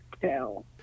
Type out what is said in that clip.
tell